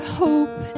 hope